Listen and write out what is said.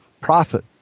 Profit